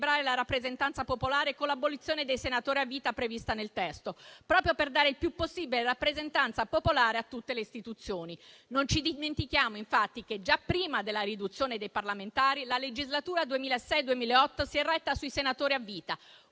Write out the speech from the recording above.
la rappresentanza popolare con l'abolizione dei senatori a vita prevista nel testo, proprio per dare il più possibile rappresentanza popolare a tutte le istituzioni. Non ci dimentichiamo infatti che, già prima della riduzione dei parlamentari, la legislatura 2006-2008 si è retta sui senatori a vita;